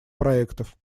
проектов